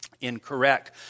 incorrect